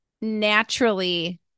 naturally